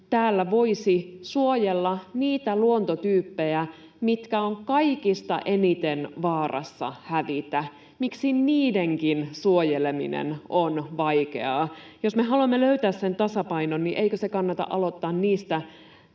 täällä voisi suojella niitä luontotyyppejä, mitkä ovat kaikista eniten vaarassa hävitä. Miksi niidenkin suojeleminen on vaikeaa? Jos me haluamme löytää sen tasapainon, niin eikö se kannata aloittaa niistä